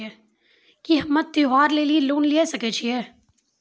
की हम्मय त्योहार लेली लोन लिये सकय छियै?